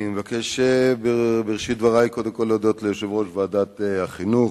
אני מבקש בראשית דברי קודם כול להודות ליושב-ראש ועדת החינוך.